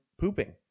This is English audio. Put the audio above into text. pooping